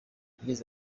yagize